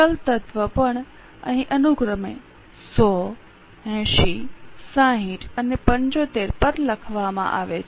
ચલ તત્વ પણ અહીં અનુક્રમે 100 80 60 અને 75 પર લખવામાં આવે છે